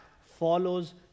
follows